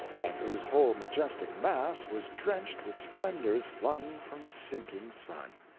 and whose whole majestic mass was drenched with splendors flung from the sinking sun.